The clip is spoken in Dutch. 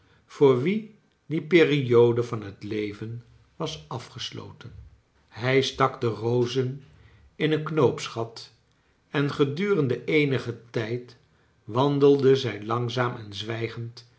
voor wien die periode van het leven was afgesloten hij stak de rozen in een knoopsgat en gedurende eenigen tijd wandelden zij langzaam en zwijgend